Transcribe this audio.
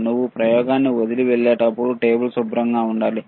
నువ్వు ప్రయోగాన్ని వదిలి వెళ్లేటప్పుడు టేబుల్ శుభ్రంగా ఉండాలి